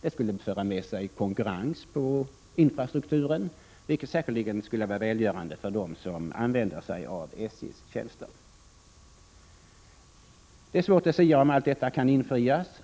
Det skulle föra med sig konkurrens på infrastrukturen, vilket säkerligen skulle vara välgörande för dem som använder sig av SJ:s tjänster. Det är svårt att sia om huruvida allt detta kan infrias.